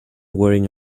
wearing